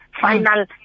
final